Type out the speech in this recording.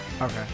Okay